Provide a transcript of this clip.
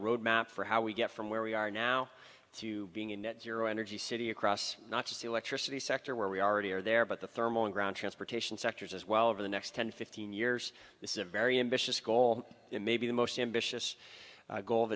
roadmap for how we get from where we are now to being a net zero energy city across not just the electricity sector where we already are there but the thermal and ground transportation sectors as well over the next ten fifteen years this is a very ambitious goal maybe the most ambitious goal of